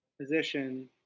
Position